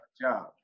job